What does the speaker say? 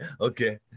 okay